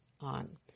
on